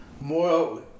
more